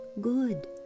good